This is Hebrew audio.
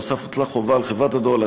נוסף על כך, הוטלה על חברת הדואר